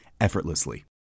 effortlessly